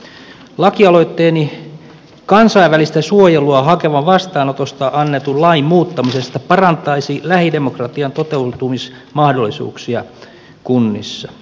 lakialoitteeni kansainvälistä suojelua hakevan vastaanotosta annetun lain muuttamisesta parantaisi lähidemokratian toteutumismahdollisuuksia kunnissa